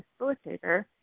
facilitator